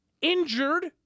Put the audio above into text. injured